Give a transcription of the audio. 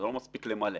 זה לא מספיק למלא,